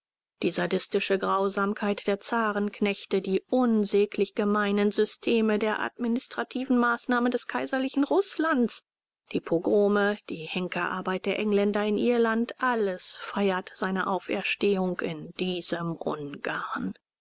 die sadistische grausamkeit der zarenknechte die unsäglich gemeinen systeme der administrativen maßnahmen des kaiserlichen rußlands die pogrome die henkerarbeit der engländer in irland alles feiert seine auferstehung in diesem